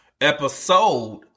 episode